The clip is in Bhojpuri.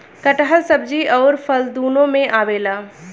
कटहल सब्जी अउरी फल दूनो में आवेला